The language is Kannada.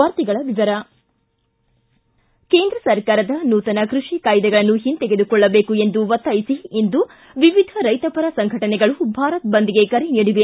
ವಾರ್ತೆಗಳ ವಿವರ ಕೇಂದ್ರ ಸರ್ಕಾರ ನೂತನ ಕೃಷಿ ಕಾಯ್ದೆಗಳನ್ನು ಹಿಂತೆಗೆದುಕೊಳ್ಳಬೇಕು ಎಂದು ಒತ್ತಾಯಿಸಿ ಇಂದು ವಿವಿಧ ರೈತ ಸಂಘಟನೆಗಳು ಭಾರತ್ ಬಂದ್ಗೆ ಕರೆ ನೀಡಿವೆ